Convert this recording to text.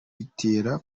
bitera